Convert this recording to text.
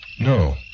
no